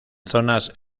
zonas